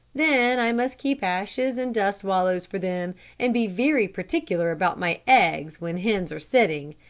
then i must keep ashes and dust wallows for them and be very particular about my eggs when hens are sitting,